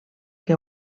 que